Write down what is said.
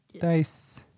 Dice